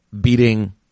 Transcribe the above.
beating